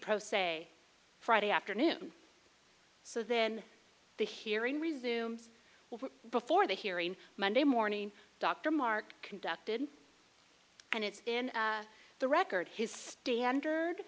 pro se friday afternoon so then the hearing resumes before the hearing monday morning dr mark conducted and it's in the record his standard